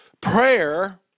prayer